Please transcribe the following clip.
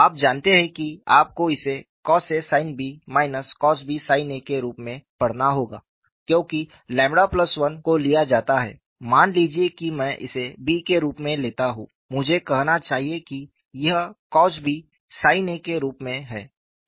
आप जानते हैं कि आपको इसे cos a sin b cos b sin a के रूप में पढ़ना होगा क्योंकि ƛ 1 को लिया जाता है मान लीजिए कि मैं इसे b के रूप में लेता हूं मुझे कहना चाहिए कि यह cos b sin a के रूप में है